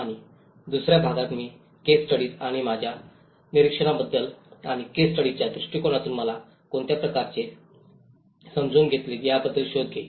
आणि दुसर्या भागात मी केस स्टडीज आणि माझ्या निरीक्षणाबद्दल आणि केस स्टडीच्या दृष्टिकोनातून मला कोणत्या प्रकारचे समजून घेतले याबद्दल शोध घेईन